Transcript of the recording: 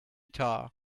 tar